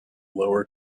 lower